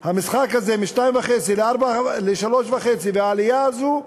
המשחק הזה מ-2.5 ל-3.5, והעלייה הזאת,